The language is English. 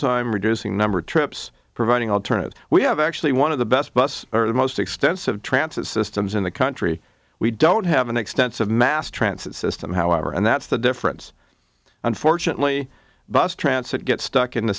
time reducing number trips providing alternatives we have actually one of the best bus or the most extensive transit systems in the country we don't have an extensive mass transit system however and that's the difference unfortunately bus transport get stuck in the